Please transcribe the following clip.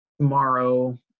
tomorrow